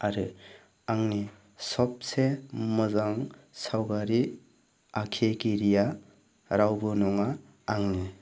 आरो आंनि सबसे मोजां सावगारि आखिगिरिया रावबो नङा आंनो